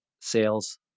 sales